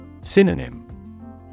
Synonym